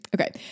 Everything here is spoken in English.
Okay